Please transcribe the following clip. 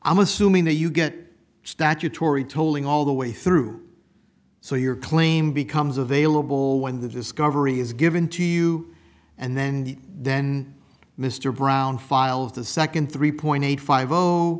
i'm assuming that you get statutory tolling all the way through so your claim becomes available when the discovery is given to you and then the then mr brown file of the second three point eight five